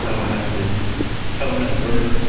and have his phone number,